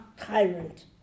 tyrant